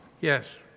Yes